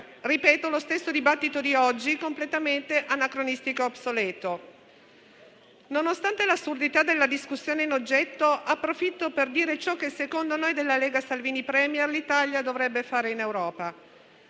ripeto, lo stesso dibattito di oggi completamente anacronistico e obsoleto. Nonostante l'assurdità della discussione in oggetto, approfitto per dire ciò che, secondo noi del Gruppo Lega-Salvini Premier, l'Italia dovrebbe fare in Europa.